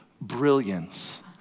brilliance